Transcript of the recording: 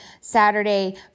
Saturday